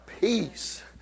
peace